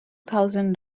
thousand